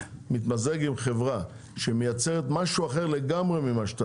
מתמזג עם חברה שמייצרת משהו אחר לגמרי ממה שאתה